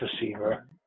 receiver